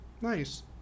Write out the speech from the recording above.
Nice